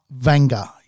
Vanga